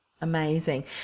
Amazing